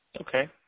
Okay